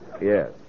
Yes